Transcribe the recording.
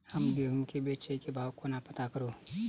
हम गेंहूँ केँ बेचै केँ भाव कोना पत्ता करू?